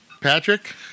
Patrick